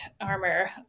armor